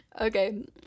Okay